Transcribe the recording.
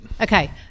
Okay